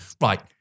Right